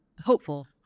Hopeful